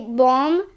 bomb